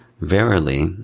Verily